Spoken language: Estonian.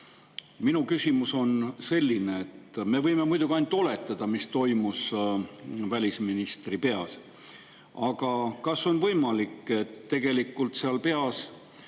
küsimus on selline. Me võime muidugi ainult oletada, mis toimus välisministri peas. Aga kas on võimalik, et tegelikult seal peas